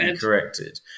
corrected